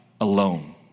alone